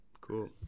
Cool